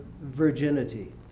virginity